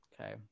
Okay